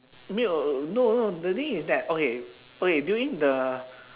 没有 no no the thing is that okay okay during the